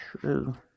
True